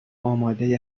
آماده